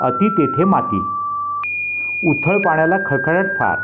अति तेथे माती उथळ पाण्याला खळखळाट फार